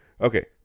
okay